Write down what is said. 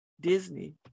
Disney